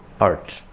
art